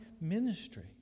ministry